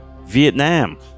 Vietnam